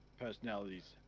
personalities